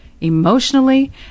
emotionally